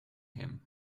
him